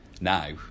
Now